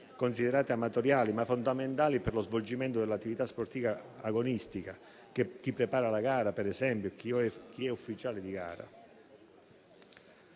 considerate amatoriali, ma fondamentali per lo svolgimento dell'attività sportiva agonistica (chi prepara la gara, per esempio, e chi è ufficiale di gara).